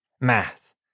math